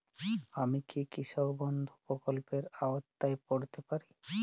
আমি কি কৃষক বন্ধু প্রকল্পের আওতায় পড়তে পারি?